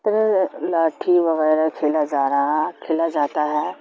طرح لاٹھی وغیرہ کھیلا جا رہا کھیلا جاتا ہے